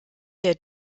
der